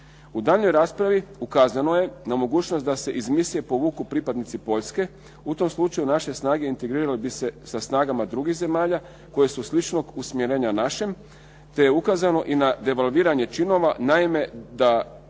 U daljnjoj raspravi ukazano je na mogućnost da se iz misije povuku pripadnici Poljske, u tom slučaju naše snage integrirale bi se sa snagama drugih zemalja koje su sličnog usmjerenja našem te je ukazano i na devalviranje činova, naime da